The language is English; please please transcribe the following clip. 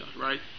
right